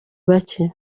bake